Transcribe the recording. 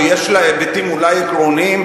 או יש לה היבטים אולי עקרוניים,